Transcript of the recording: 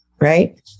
right